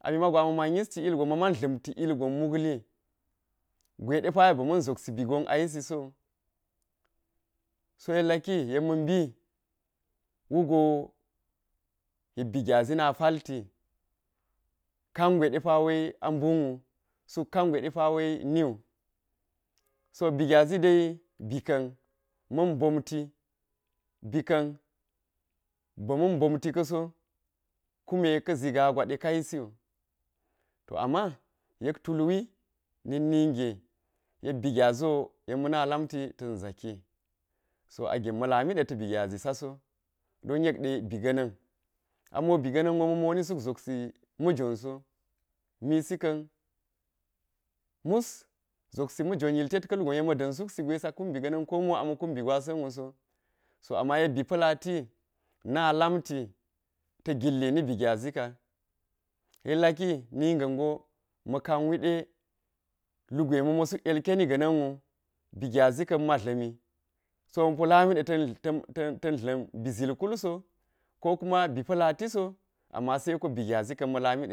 A mi mago ma man yisti ilgon ma man dla̱m ti ilgon mukli gwe de pa ba̱ ma̱n zopsi bi gon a kumiso, so yek laki yek ma̱ mbi wugo yek bi gyazi na palti ken gwe ɗe pawe a mbun wu suk kangwe depa we niwu so bi gyazi de bi ka̱n ma̱n bomti bi ka̱n ba̱ ma̱n bomti ka̱ so kume ka̱ zi gaa gwa de ka yisiwu to ama yek tulwi na̱k ninge yek bi gyazi wo yek ma̱na lamti ta̱n zaki so a gem ma̱ lami ta̱ bi gyazi sago don yek de bi ga̱na̱n amo bi ga̱na̱n wo ma̱ moni suk zopsi majwon so misi kan mus zopsi ma̱jwon yilted ka̱ lu gon yek ma da̱n suksi gwe sa kum bi ga̱na̱n ko mo a ma̱ kunbi gwa sa̱n wu so, so ama yek bi pa̱lati na lamti ta̱ gillini bi gyazi ka yek laki ninga̱n go ma̱ kan wide lugwe ma̱mo suk yilkeni jina̱n wu bi gyazi ka̱n ma tla̱mi so ma̱po lamide ta̱n tan tan dla̱m bi zil khul so ko kuma bi pa̱lati so ama seko bi gyazi ka̱n ma̱ lami